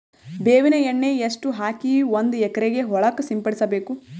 ಬೇವಿನ ಎಣ್ಣೆ ಎಷ್ಟು ಹಾಕಿ ಒಂದ ಎಕರೆಗೆ ಹೊಳಕ್ಕ ಸಿಂಪಡಸಬೇಕು?